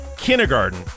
Kindergarten